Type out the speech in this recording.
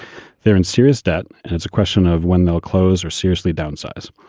they're in serious debt and it's a question of when they'll close or seriously downsize.